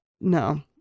No